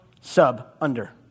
Sub-under